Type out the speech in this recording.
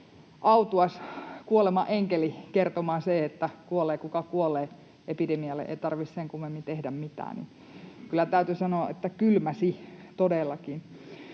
autuas kuole-manenkeli kertomaan sen, että kuolee, kuka kuolee, epidemialle ei tarvitse sen kummemmin tehdä mitään, kylmäsi todellakin.